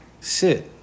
Sit